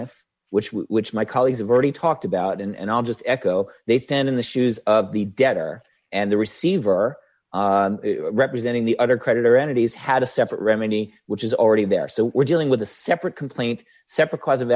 would which my colleagues have already talked about and i'll just echo they see and in the shoes of the debtor and the receiver representing the other creditor entities had a separate remedy which is already there so we're dealing with a separate complaint separate cause of